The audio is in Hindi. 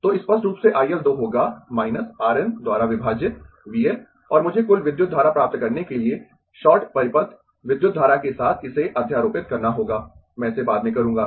तो स्पष्ट रूप से I L 2 होगा R N द्वारा विभाजित V L और मुझे कुल विद्युत धारा प्राप्त करने के लिए शॉर्ट परिपथ विद्युत धारा के साथ इसे अध्यारोपित करना होगा मैं इसे बाद में करूंगा